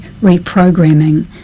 reprogramming